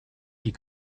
die